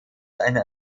eine